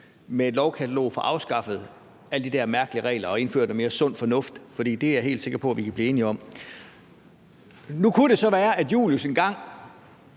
med lovkataloget får afskaffet alle de der mærkelige regler og får indført lidt mere sund fornuft, for det er jeg helt sikker på at vi kan blive enige om. Nu kunne det så være, at Julius engang